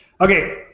Okay